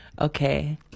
Okay